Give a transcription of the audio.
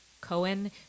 Cohen